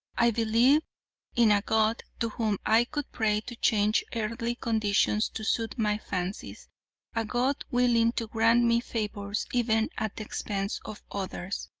i believed in a god to whom i could pray to change earthly conditions to suit my fancies a god willing to grant me favors even at the expense of others.